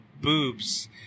boobs